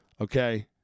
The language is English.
okay